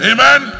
Amen